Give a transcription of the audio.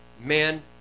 men